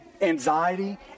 anxiety